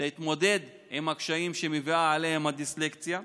להתמודד עם הקשיים שמביאה עליהם הדיסלקציה.